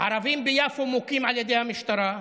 ערבים ביפו מוכים על ידי המשטרה,